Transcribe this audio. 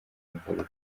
imvururu